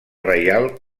reial